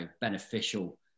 beneficial